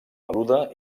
peluda